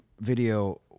video